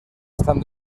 están